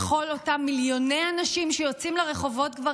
לכל אותם מיליוני אנשים שיוצאים לרחובות כבר